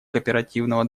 кооперативного